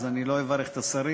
אז אני לא אברך את השרים,